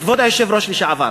כבוד היושב-ראש לשעבר,